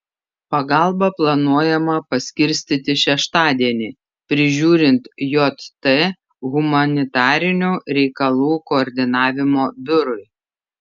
pagalbą planuojama paskirstyti šeštadienį prižiūrint jt humanitarinių reikalų koordinavimo biurui